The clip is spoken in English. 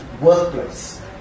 workplace